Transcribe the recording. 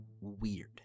weird